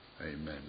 Amen